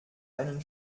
einen